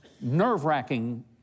nerve-wracking